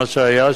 מה שהיה,